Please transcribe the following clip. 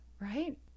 Right